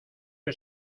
que